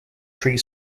tree